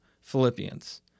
Philippians